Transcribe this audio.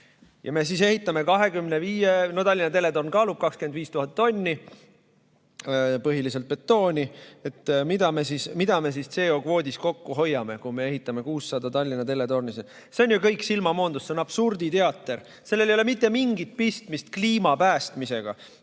umbes üks tonn. Tallinna teletorn kaalub 25 000 tonni, põhiliselt betoon. Mida me siis CO2kvoodis kokku hoiame, kui me ehitame 600 Tallinna teletorni? See on ju kõik silmamoondus! See on absurditeater, sellel ei ole mitte mingit pistmist kliima päästmisega.